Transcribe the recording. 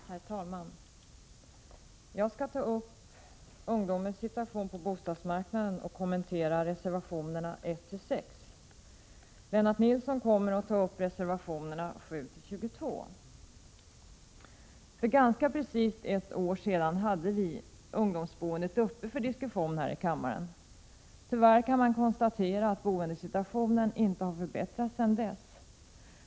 Herr talman! Jag skall ta upp ungdomens situation på bostadsmarknaden och kommentera reservationerna 1-6. Lennart Nilsson kommer att tala om reservationerna 7—22. För ganska precis ett år sedan hade vi ungdomsboendet uppe för diskussion här i kammaren. Tyvärr kan man konstatera att boendesituationeniinte har förbättrats sedan dess.